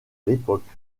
l’époque